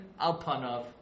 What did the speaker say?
alpanov